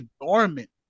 dormant